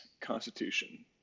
Constitution